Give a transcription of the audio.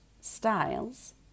styles